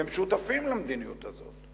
והם שותפים למדיניות הזאת.